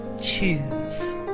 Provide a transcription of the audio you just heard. choose